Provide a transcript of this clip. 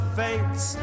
fates